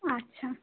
আচ্ছা